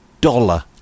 Dollar